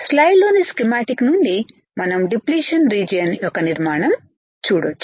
స్లైడ్లోని schematic నుండి మనం depletion region యొక్క నిర్మాణం చూడొచ్చు